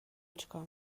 چیکار